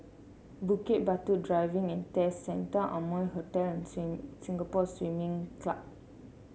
Bukit Batok Driving And Test Centre Amoy Hotel and Sing Singapore Swimming Club